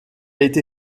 été